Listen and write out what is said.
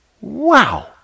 Wow